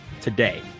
today